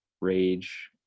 rage